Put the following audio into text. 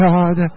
God